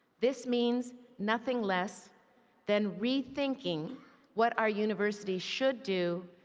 this means nothing less than rethinking what our university should do,